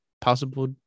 possible